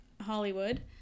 Hollywood